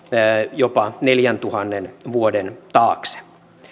jopa neljäntuhannen vuoden taakse